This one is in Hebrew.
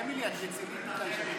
אמילי, את רצינית מדי כשאת יושבת שם.